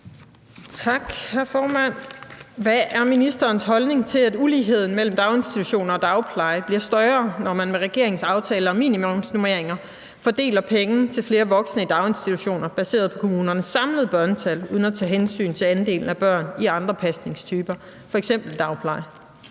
Hvad er ministerens holdning til, at uligheden mellem daginstitutioner og dagpleje bliver større, når man med regeringens aftale om minimumsnormeringer fordeler penge til flere voksne i daginstitutioner baseret på kommunernes samlede børnetal uden at tage hensyn til andelen af børn i andre pasningstyper, f.eks. dagpleje?